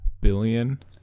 billion